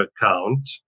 account